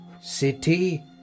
city